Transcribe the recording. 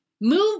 Move